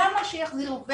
למה שיחזירו?